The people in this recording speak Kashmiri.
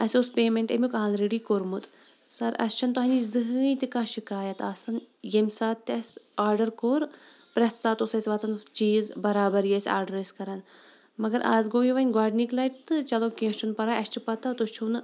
اَسہِ اوس پیمینٛٹ أمیُٚک آلرٔڈی کوٚرمُت سَر اَسہِ چھَنہٕ تۄہہِ نِش زٔہٕنۍ تہِ کانٛہہ شِکایَت آسان ییٚمہِ ساتہٕ تہِ اَسہِ آرڈر کوٚر پرٛٮ۪تھ ساتہٕ اوس اَسہِ واتان چیٖز بَرابَر یہِ أسۍ آرڈر ٲس کَرَن مگر آز گوٚو یہِ وَنہِ گۄڈنِکہِ لٹہِ تہٕ چَلو کینٛہہ چھُنہٕ پَرواے اَسہِ چھِ پَتہ تُہۍ چھُو نہٕ